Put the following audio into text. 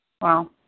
Wow